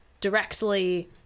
directly